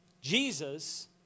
Jesus